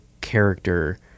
character